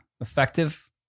effective